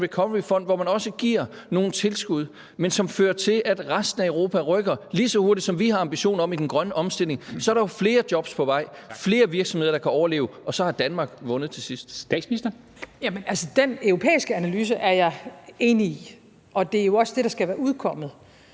recoveryfond, hvor man også giver nogle tilskud, som fører til, at resten af Europa rykker lige så hurtigt, som vi har ambitioner om i den grønne omstilling, så er der flere jobs på vej, flere virksomheder, der kan overleve, og så har Danmark vundet til sidst. Kl. 13:29 Formanden (Henrik Dam Kristensen): Statsministeren.